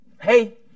hey